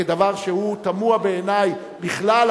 כדבר שהוא תמוה בעיני בכלל,